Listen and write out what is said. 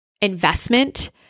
investment